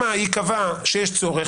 שם ייקבע שיש צורך,